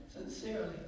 sincerely